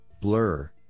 blur